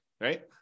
right